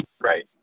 Right